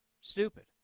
stupid